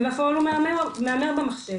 ובפועל הוא מהמר במחשב.